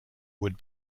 would